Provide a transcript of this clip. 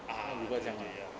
ah 对对 ya